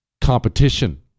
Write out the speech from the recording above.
competition